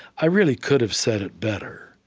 i really could've said it better,